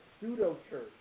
pseudo-church